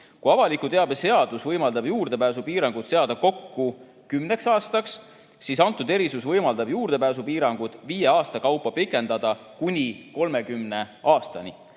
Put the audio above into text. Kui avaliku teabe seadus võimaldab juurdepääsupiirangu seada kokku kümneks aastaks, siis antud erisus võimaldab juurdepääsupiirangut viie aasta kaupa pikendada kuni 30 aastani